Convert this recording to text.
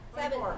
Seven